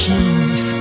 Kings